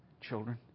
Children